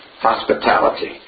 hospitality